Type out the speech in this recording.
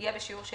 יהיה בשיעור של